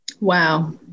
Wow